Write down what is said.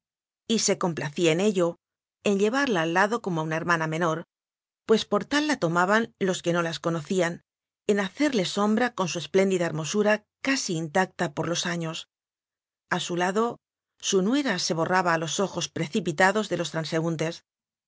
gra y se complacía en ello en llevarla al lado como a una hermana menor pues por tal la tomaban los que no las conocían en hacerle sombra con su espléndida hermosura casi intacta por los años a su lado su nuera se borraba a los ojos precipitados de los transeúntes